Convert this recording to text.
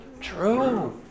True